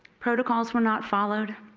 protocols were not followed.